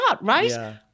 right